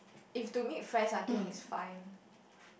if to me friends I think is fine